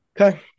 Okay